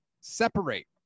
separate